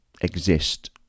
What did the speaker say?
exist